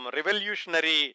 Revolutionary